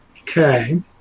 okay